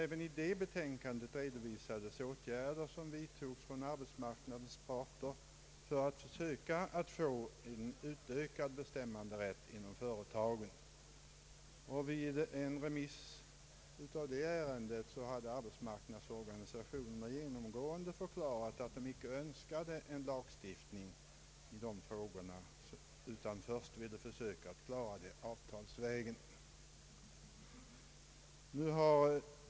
Även i bankoutskottets utlåtande redovisades åtgärder som vidtogs av arbetsmarknadens parter för att försöka få till stånd en ökad medbestämmanderätt inom företagen. Vid en remiss av detta ärende har arbetsmarknadens organisationer genomgående förklarat att de icke önskar en lagstiftning i dessa frågor utan först vill försöka lösa problemet avtalsvägen.